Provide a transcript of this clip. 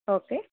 okay